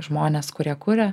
žmonės kurie kūrė